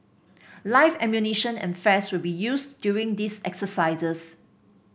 live ammunition and flares will be used during these exercises